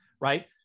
right